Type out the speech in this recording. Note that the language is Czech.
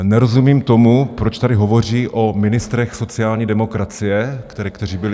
Nerozumím tomu, proč tady hovoří o ministrech sociální demokracie, kteří byli...